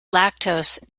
lactose